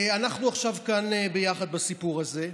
אנחנו עכשיו כאן ביחד בסיפור הזה,